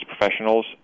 professionals